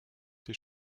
des